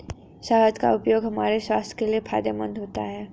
शहद का उपयोग हमारे स्वास्थ्य के लिए फायदेमंद होता है